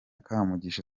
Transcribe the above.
kamugisha